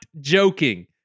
joking